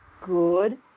good